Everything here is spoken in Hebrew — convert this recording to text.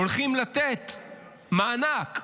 הולכים לתת מענק,